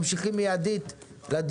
הישיבה ננעלה בשעה 11:05.